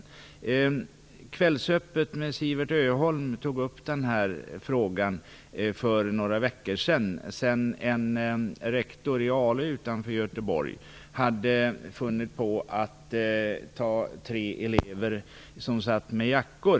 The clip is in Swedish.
I Kvällsöppet med Siwert Öholm togs den här frågan upp för några veckor sedan, efter det att en rektor i Ale utanför Göteborg hade reagerat på tre elever som hade jackor...